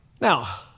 Now